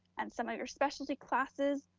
and some of your specialty classes,